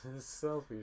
selfie